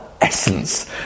essence